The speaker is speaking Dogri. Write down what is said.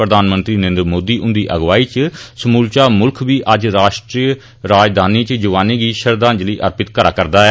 प्रधानमंत्री नरेन्द्र मोदी हुंदी अगुवाई च समूलचा मुल्ख बी अज्ज राष्ट्री राजधानी च जवानें गी श्रद्धांजलि अर्पित करा'रदा ऐ